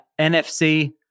NFC